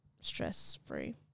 stress-free